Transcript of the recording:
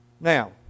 Now